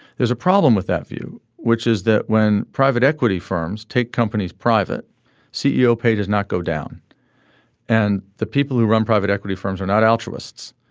there's a problem with that view which is that when private equity firms take companies private ceo pay does not go down and the people who run private equity firms are not altruists.